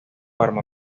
arma